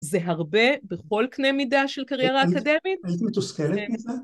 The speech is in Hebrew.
זה הרבה בכל קנה מידה של קריירה אקדמית. הייתי מתוסכלת קצת.